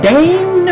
Dame